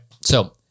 so-